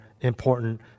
important